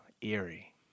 Eerie